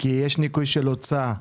יש ניכוי של הוצאה,